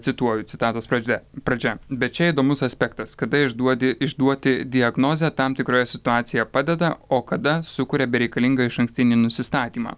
cituoju citatos pradžia pradžia bet čia įdomus aspektas kada išduodi išduoti diagnozę tam tikroje situacijoje padeda o kada sukuria bereikalingą išankstinį nusistatymą